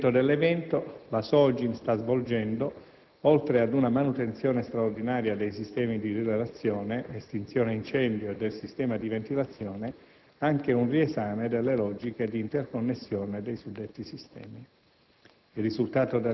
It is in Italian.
A seguito dell'evento, la SOGIN sta svolgendo, oltre ad una manutenzione straordinaria dei sistemi di rilevazione, estinzione incendio e del sistema di valutazione, anche un riesame delle logiche di interconnessione dei suddetti sistemi.